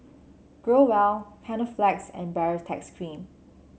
Growell Panaflex and Baritex Cream